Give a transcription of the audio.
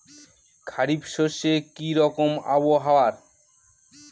খরিফ শস্যে কি রকম আবহাওয়ার?